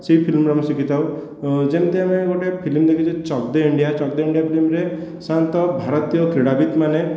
ସେ ଫିଲ୍ମରୁ ଆମେ ଶିଖିଥାଉ ଯେମିତି ଆମେ ଗୋଟିଏ ଫିଲ୍ମ ଦେଖିଛୁ ଚକ ଦେ ଇଣ୍ଡିଆ ଚକ ଦେ ଇଣ୍ଡିଆ ଫିଲିମରେ ସାଧାରଣତଃ ଭାରତୀୟ କ୍ରୀଡ଼ାବିତ ମାନେ